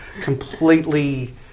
completely